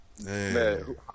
man